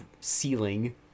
ceiling